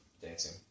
dancing